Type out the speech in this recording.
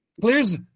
Clears